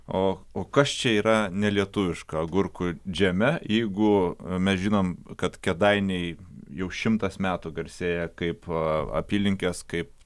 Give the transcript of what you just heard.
o kas čia yra nelietuviška agurkų džeme jeigu mes žinom kad kėdainiai jau šimtas metų garsėja kaip apylinkės kaip